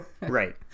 Right